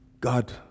God